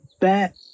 bet